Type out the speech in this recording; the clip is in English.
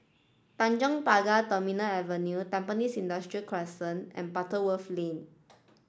Tanjong Pagar Terminal Avenue Tampines Industrial Crescent and Butterworth Lane